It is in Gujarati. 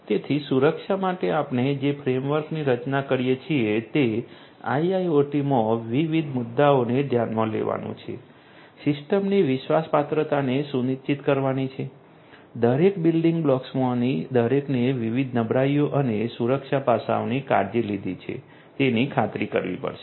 તેથી સુરક્ષા માટે આપણે જે ફ્રેમવર્કની રચના કરીએ છીએ તે આઇઆઇઓટીમાં વિવિધ મુદ્દાઓને ધ્યાનમાં લેવાનું છે સિસ્ટમની વિશ્વાસપાત્રતાને સુનિશ્ચિત કરવાની છે દરેક બિલ્ડિંગ બ્લોક્સમાંની દરેકએ વિવિધ નબળાઈઓ અને સુરક્ષા પાસાઓની કાળજી લીધી છે તેની ખાતરી કરવી પડશે